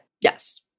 Yes